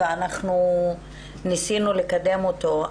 ואנחנו ניסינו לקדם אותו,